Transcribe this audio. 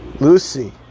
Lucy